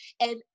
and-